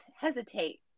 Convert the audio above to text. hesitate